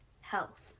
health